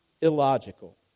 illogical